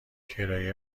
کرایه